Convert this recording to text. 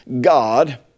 God